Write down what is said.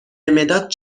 مداد